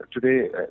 today